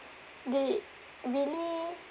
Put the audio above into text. they really